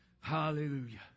Hallelujah